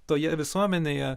toje visuomenėje